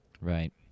Right